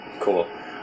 Cool